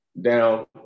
down